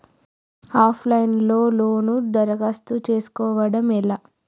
Of line లో loan దరఖాస్తు చేసుకోవడం ఎలా?